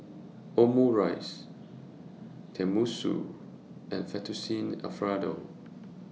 Omurice Tenmusu and Fettuccine Alfredo